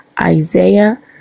Isaiah